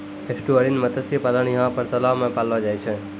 estuarine मत्स्य पालन यहाँ पर तलाव मे पाललो जाय छै